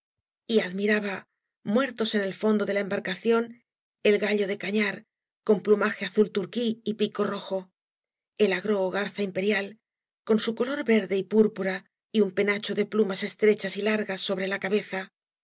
ibáñjbiz ba muertos en el fondo de la embarcación el gallo de cañar con plumaje azul turquí y pico rojo el agro ó garza imperial con bu color verde y púrpura y un penacho de plumas estrechas y largas sobra la cabeza